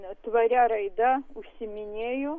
tvaria raida užsiiminėju